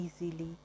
easily